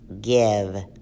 Give